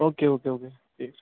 okay okay okay